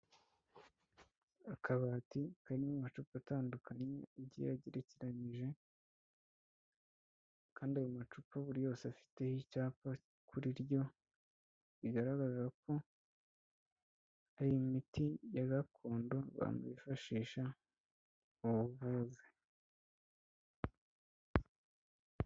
Akabati karimo amacupa atandukanye, agiye agerekeranyije, kandi ayo macupa buri yose afiteho icyapa kuri ryo, bigaragaza ko ari imiti ya gakondo abantu bifashisha mu buvuzi.